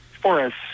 forest